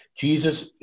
Jesus